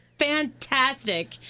Fantastic